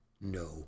no